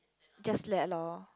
just let loh